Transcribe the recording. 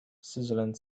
sizzling